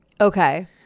Okay